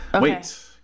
Wait